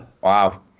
Wow